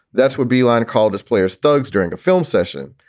that's what beeline called his players thugs during a film session.